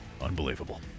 unbelievable